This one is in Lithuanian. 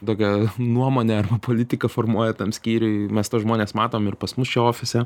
tokią nuomonę arba politiką formuoja tam skyriui mes tuos žmones matom ir pas mus foa ofise